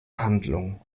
handlung